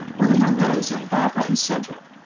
or the munroes on barbara and cedric.